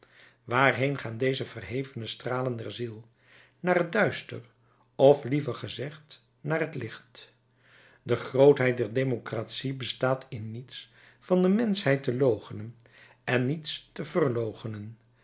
waarheen gaan deze verhevene stralen der ziel naar het duister of liever gezegd naar het licht de grootheid der democratie bestaat in niets van de menschheid te loochenen en niets te verloochenen